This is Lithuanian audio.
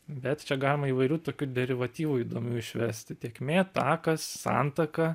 bet čia galima įvairių tokių derivatyvų įdomių išvesti tėkmė takas santaka